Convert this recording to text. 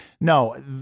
No